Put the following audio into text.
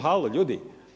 Halo ljudi!